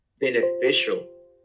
beneficial